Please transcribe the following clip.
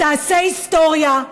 תעשה היסטוריה.